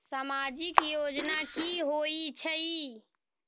समाजिक योजना की होई छई?